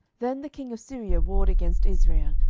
then the king of syria warred against israel,